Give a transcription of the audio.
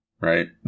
right